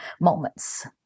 moments